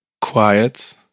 quiet